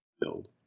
build